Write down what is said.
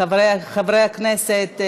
חברי כנסת,